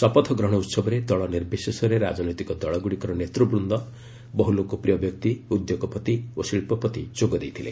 ଶପଥଗ୍ରହଣ ଉହବରେ ଦଳ ନିର୍ବିଶେଷରେ ରାଜନୈତିକ ଦଳଗ୍ରଡ଼ିକର ନେତୁବୂନ୍ଦ ବହୁ ଲୋକପ୍ରିୟ ବ୍ୟକ୍ତି ଉଦ୍ୟୋଗପତି ଓ ଶିଳ୍ପପତି ଯୋଗ ଦେଇଥିଲେ